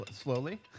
slowly